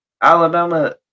Alabama